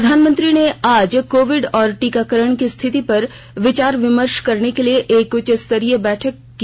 प्रधानमंत्री ने आज कोविड और टीकाकरण की स्थिति पर विचार विमर्श करने के लिए एक उच्च स्तरीय बैठक की